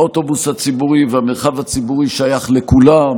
האוטובוס הציבורי והמרחב הציבורי שייכים לכולם,